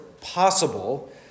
possible